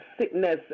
sickness